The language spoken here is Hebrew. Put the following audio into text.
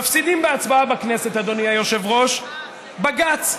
מפסידים בהצבעה בכנסת, אדוני היושב-ראש, בג"ץ.